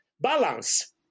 balance